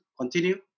Continue